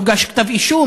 לא הוגש כתב-אישום,